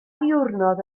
ddiwrnod